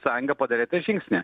sąjunga padarė tą žingsnį